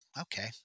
Okay